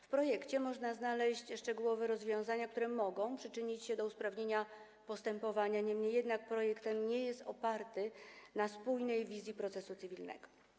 W projekcie można znaleźć szczegółowe rozwiązania, które mogą przyczynić się do usprawnienia postępowania, niemniej jednak projekt ten nie jest oparty na spójnej wizji procesu cywilnego.